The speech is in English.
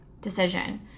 decision